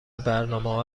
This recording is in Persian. برنامهها